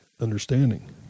understanding